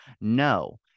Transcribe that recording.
No